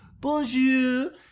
Bonjour